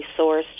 sourced